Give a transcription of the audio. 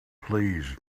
please